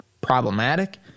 problematic